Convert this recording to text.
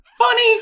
Funny